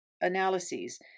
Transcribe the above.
analyses